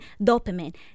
dopamine